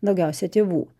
daugiausia tėvų